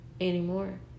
anymore